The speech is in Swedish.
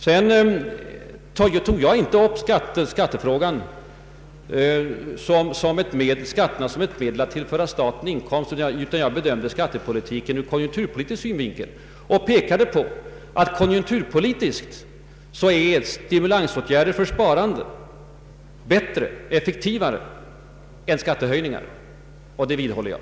Jag tog inte upp skatterna som medel att tillföra staten inkomster utan bedömde skattepolitiken ur konjunktur politisk synvinkel och pekade på att konjunkturpolitiskt är stimulansåtgärder för sparandet bättre och effektivare än skattehöjningar. Den uppfattningen vidhåller jag.